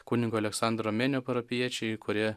kunigo aleksandro menio parapijiečiai kurie